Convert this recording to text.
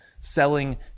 selling